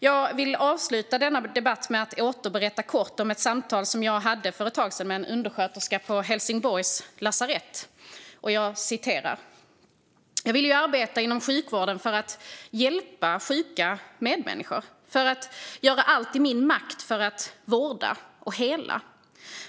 Jag vill avsluta denna debatt med att kort återberätta ett samtal som jag för ett tag sedan hade med en undersköterska på Helsingborgs lasarett. Så här sa hon: Jag ville ju arbeta inom sjukvården för att hjälpa sjuka medmänniskor, för att göra allt i min makt för att vårda och hela.